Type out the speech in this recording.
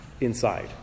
inside